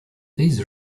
these